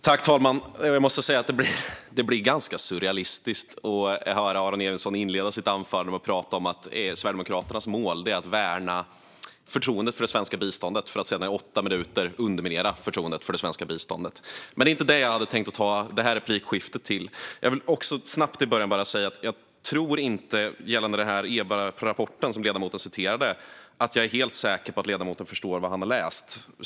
Fru talman! Jag måste säga att det blir ganska surrealistiskt att höra Aron Emilsson inleda sitt anförande med att prata om att Sverigedemokraternas mål är att värna förtroendet för det svenska biståndet för att sedan i åtta minuter underminera förtroendet för det svenska biståndet. Men det var inte det jag hade tänkt ta detta replikskifte till. Jag vill också bara snabbt säga att jag inte, gällande den EBA-rapport som ledamoten citerade, är helt säker på att ledamoten förstår vad han har läst.